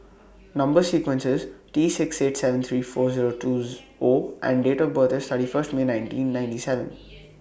Number sequence IS T six eight seven three four Zero two O and Date of birth IS thirty First May nineteen ninety seven